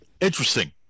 interesting